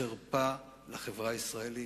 חרפה לחברה הישראלית.